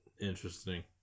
interesting